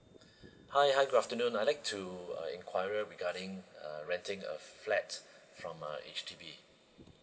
hi hi good afternoon I'd like to uh enquire regarding uh renting a flat from uh H_D_B